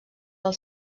del